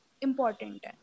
important